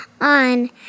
on